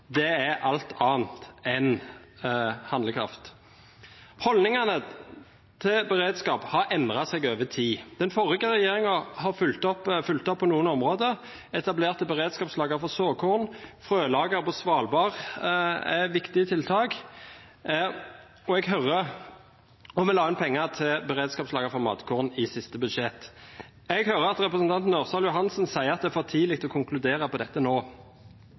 Det er alt annet enn handlekraft. Holdningene til beredskap har endret seg over tid. Den forrige regjeringen har fulgt opp på noen områder – etablering av et beredskapslager for såkorn og frølager på Svalbard er viktige tiltak, og vi la inn penger til beredskapslager for matkorn i siste budsjett. Jeg hører at representanten Ørsal Johansen sier at det er for tidlig å konkludere på dette nå.